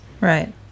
Right